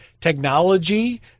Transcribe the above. technology